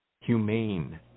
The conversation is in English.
Humane